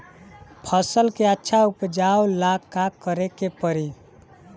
फसल के अच्छा उपजाव ला का करे के परी?